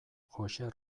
joxe